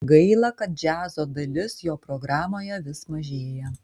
gaila kad džiazo dalis jo programoje vis mažėja